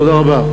תודה רבה,